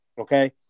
Okay